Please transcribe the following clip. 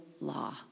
law